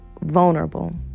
vulnerable